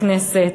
בכנסת,